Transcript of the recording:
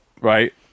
right